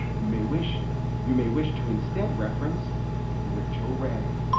you may wish you may wish to instead reference rachel ray